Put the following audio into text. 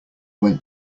went